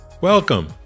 Welcome